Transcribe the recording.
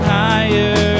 higher